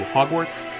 Hogwarts